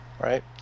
right